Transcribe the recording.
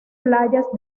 playas